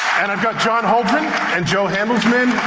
and i've got john haldren and jo hendelsman,